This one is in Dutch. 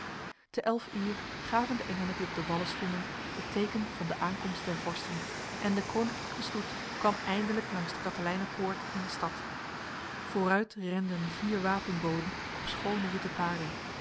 te elf uur gaven de engelen die op de wallen stonden het teken van de aankomst der vorsten en de koninklijke stoet kwam eindelijk langs de katelijnepoort in de stad vooruit renden vier wapenboden op schone witte paarden